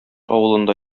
авылында